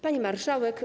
Pani Marszałek!